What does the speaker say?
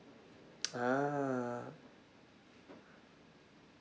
ah